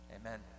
Amen